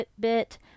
fitbit